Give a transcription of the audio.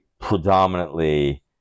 predominantly